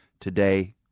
Today